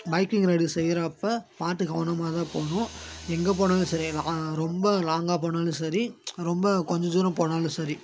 biking ride செய்கிறப்ப பார்த்து கவனமாக தான் போகணும் எங்கே போனாலும் சரி ரொம்ப லாங்காக போனாலும் சரி ரொம்ப கொஞ்சம் தூரம் போனாலும் சரி